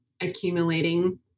accumulating